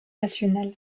nationale